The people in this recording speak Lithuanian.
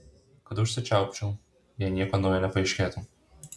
kad užsičiaupčiau jei nieko naujo nepaaiškėtų